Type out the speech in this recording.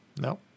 No